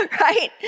right